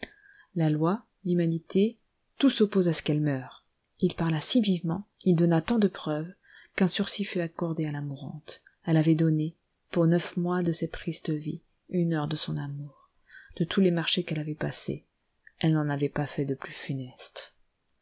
la loi l'humanité tout s'oppose à ce qu'elle meure et il parla si vivement il donna tant de preuves qu'un sursis fut accordé à la mourante elle avait donné pour neuf mois de cette triste vie une heure de son amour de tous les marchés qu'elle avait passés elle n'en avait pas fait de plus funeste